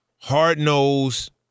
hard-nosed